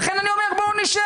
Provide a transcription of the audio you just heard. לכן אני אומר: בואו נשב.